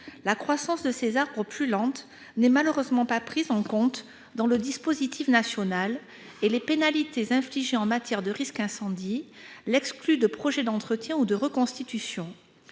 La croissance plus lente de ses arbres n'est malheureusement pas prise en compte dans le dispositif national et les pénalités infligées en matière de risque incendie l'excluent de projets d'entretien ou de reconstitution.